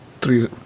three